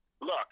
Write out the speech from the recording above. look